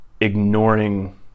ignoring